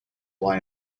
lie